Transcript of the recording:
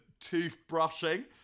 toothbrushing